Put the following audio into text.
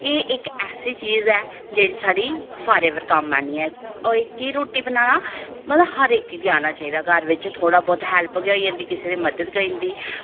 एह् इक ऐसी चीज ऐ जेह्ड़ी साढ़ी फारएवर कम्म आनी ऐ ओह् कि रुट्टी बनाना मतलब हर इक कि औना चाहिदा घर बिच थोह्ड़ा बहुत हैल्प गै होई जंदी किसे दी मदद गै होई जंदी